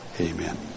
Amen